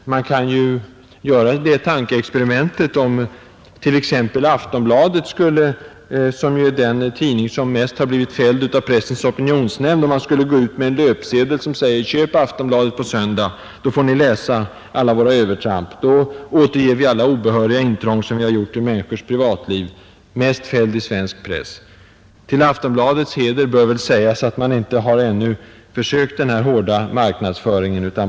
Vi kan göra det tankeexperimentet att t.ex. Aftonbladet, som är den tidning som blivit mest fälld av Pressens opinionsnämnd, skulle gå ut med löpsedlar med texten: Köp AB på söndag! Då får ni läsa alla våra övertramp. Då återger vi alla obehöriga intrång som vi gjort i människors privatliv. Mest fälld i svensk press! Till Aftonbladets heder bör väl sägas att man inte har prövat denna hårda marknadsföring.